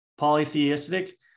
polytheistic